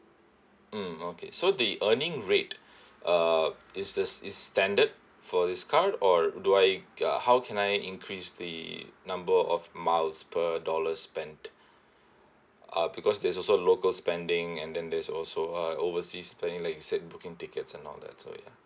mm okay so the earning rate uh is the is standard for this card or do I uh how can I increase the number of miles per dollar spent uh because there's also local spending and then there's also uh overseas spending like you said booking tickets and all that so ya